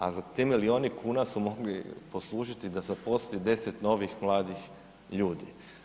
A ti milijuni kuna su mogli poslužiti da zaposli 10 novih mladih ljudi.